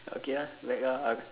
okay lah Mac ah uh